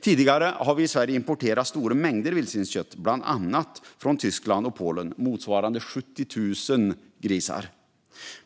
Tidigare har vi i Sverige importerat stora mängder vildsvinskött, bland annat från Tyskland och Polen motsvarande 70 000 grisar.